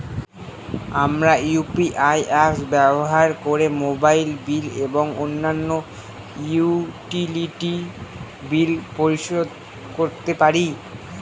আমরা UPI apps ব্যবহার করে মোবাইল বিল এবং অন্যান্য ইউটিলিটি বিল পরিশোধ করতে পারি